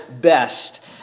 best